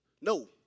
No